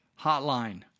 Hotline